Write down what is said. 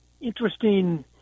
interesting